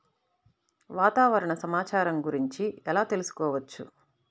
వాతావరణ సమాచారం గురించి ఎలా తెలుసుకోవచ్చు?